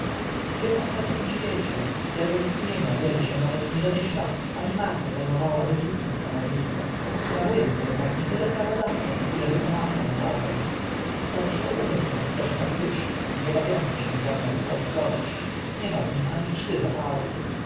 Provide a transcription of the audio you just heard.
w tym osobnym świecie którego istnienia wielu się nawet nie domyśla pani marta za mowała wybitne stanowisko sprawu ąc ednak nie tyle prawodawczą ile wykonawczą władzę bo też to umysł na wskroś praktyczny nie bawiący się w żadną czułostkowość nie ma w nim ani krzty zapału